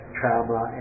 trauma